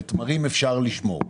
ותמרים אפשר לשמור.